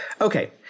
Okay